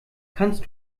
kannst